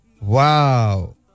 Wow